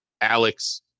alex